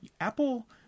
Apple